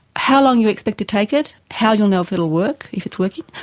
how long you expect to take it? how you'll know if it will work, if it's working?